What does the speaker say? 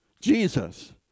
Jesus